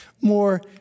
more